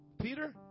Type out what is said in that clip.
Peter